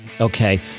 Okay